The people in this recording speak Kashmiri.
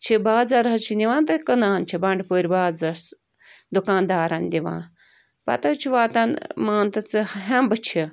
چھِ بازَر حظ چھِ نِوان تہٕ کٕنان چھِ بنٛڈٕ پورِ بازرس دُکان دارن دِوان پتہٕ حظ چھُ واتان مان تہٕ ژٕ ہیٚمبہٕ چھِ